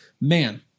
man